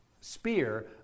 spear